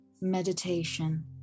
meditation